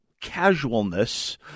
casualness